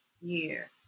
year